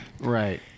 Right